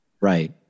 Right